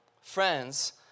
Friends